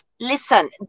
listen